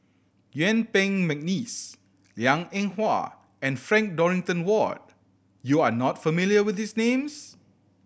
Yuen Peng McNeice Liang Eng Hwa and Frank Dorrington Ward you are not familiar with these names